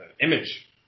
image